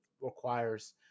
requires